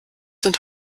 sind